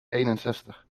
eenenzestig